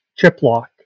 Chiplock